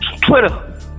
Twitter